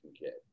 get